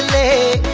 a